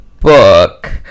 book